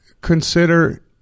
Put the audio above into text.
Consider